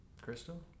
Crystal